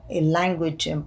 language